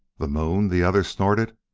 the moon! the other snorted.